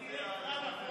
ותלך אחד אחורה.